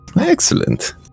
Excellent